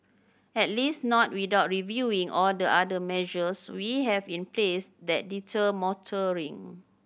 at least not without reviewing all the other measures we have in place that deter motoring